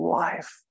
life